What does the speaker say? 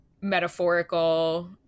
metaphorical